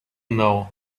know